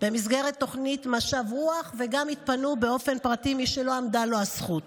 במסגרת תוכנית משב רוח, וגם מי שלא עמדה להם הזכות